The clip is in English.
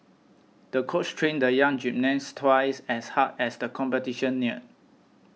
the coach trained the young gymnast twice as hard as the competition neared